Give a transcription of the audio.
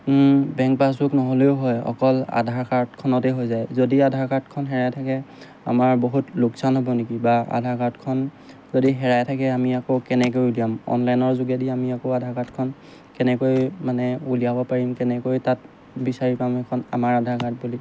bank passbook নহ'লেও হয় অকল আধাৰ কাৰ্ডখনতে হৈ যায় যদি আধাৰ কাৰ্ডখন হেৰাই থাকে আমাৰ বহুত লোকচান হ'ব নেকি বা আধাৰ কাৰ্ডখন যদি হেৰাই থাকে আমি আকৌ কেনেকৈ উলিয়াম অনলাইনৰ যোগেদি আমি আকৌ আধাৰ কাৰ্ডখন কেনেকৈ মানে উলিয়াব পাৰিম কেনেকৈ তাত বিচাৰি পাম সেইখন আমাৰ আধাৰ কাৰ্ড বুলি